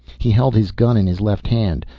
he held his gun in his left hand,